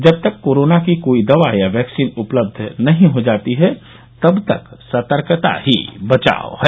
जब तक कोरोना की कोई दवा या वैक्सीन उपलब्ध नहीं हो जाती तब तक सतर्कता ही बचाव है